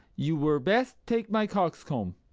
you were best take my coxcomb.